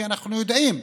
כי אנחנו יודעים,